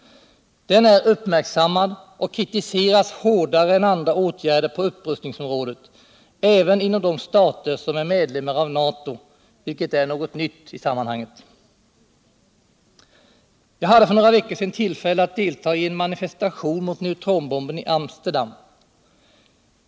Den är uppmärksammad och kritiseras hårdare än andra åtgärder på upprustningsområdet även inom de stater som är medlemmar av NATO, vilket är något nytt i sammanhanget. Jag hade för några veckor sedan tillfälle att delta i en manifestation mot neutronbon:ben i Amsterdam.